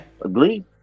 Agree